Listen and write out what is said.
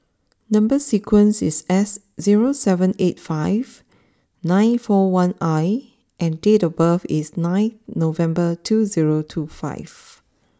number sequence is S zero seven eight five nine four one I and date of birth is nine November two zero two five